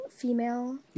female